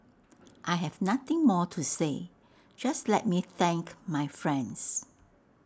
I have nothing more to say just let me thank my friends